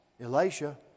Elisha